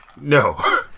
No